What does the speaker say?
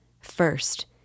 First